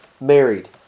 married